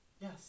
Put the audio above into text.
Yes